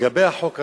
לגבי החוק עצמו: